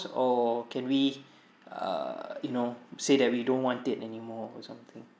or can we err you know say that we don't want it anymore or something